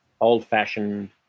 old-fashioned